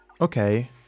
okay